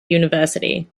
university